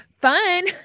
Fun